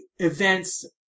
events